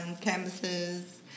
canvases